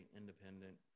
independent